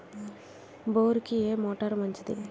బోరుకి ఏ మోటారు మంచిది?